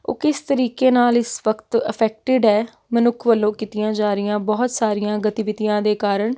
ਉਹ ਕਿਸ ਤਰੀਕੇ ਨਾਲ ਇਸ ਵਕਤ ਇਫੈਕਟਿਡ ਹੈ ਮਨੁੱਖ ਵੱਲੋਂ ਕੀਤੀਆਂ ਜਾ ਰਹੀਆਂ ਬਹੁਤ ਸਾਰੀਆਂ ਗਤੀਵਿਧੀਆਂ ਦੇ ਕਾਰਨ